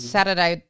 Saturday